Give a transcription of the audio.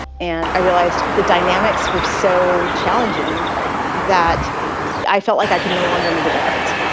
and i realized the dynamics were so challenging that i felt like i could no longer make a difference.